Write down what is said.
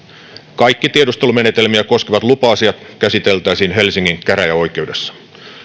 kaikki tiedustelumenetelmiä koskevat lupa asiat käsiteltäisiin helsingin käräjäoikeudessa